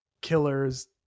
killers